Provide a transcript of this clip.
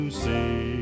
see